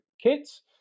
kits